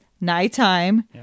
Nighttime